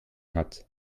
hat